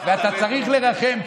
ואתה צריך לרחם,